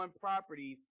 properties